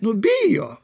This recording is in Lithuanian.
nu bijo